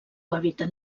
hàbitat